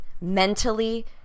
mentally